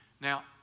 Now